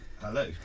Hello